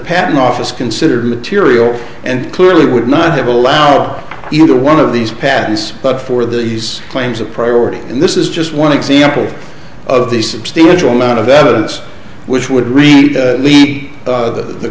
patent office considered material and clearly would not have allowed either one of these patents but for the these claims of priority and this is just one example of the substantial amount of evidence which would read the